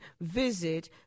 visit